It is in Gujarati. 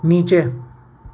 નીચે